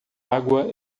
água